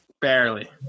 Barely